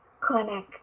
clinic